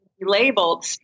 labeled